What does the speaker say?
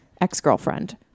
ex-girlfriend